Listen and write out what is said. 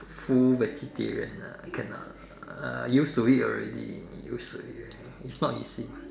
full vegetarian ah cannot used to it already used to it already not easy